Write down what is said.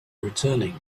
returning